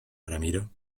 ramiro